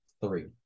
three